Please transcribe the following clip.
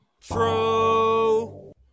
True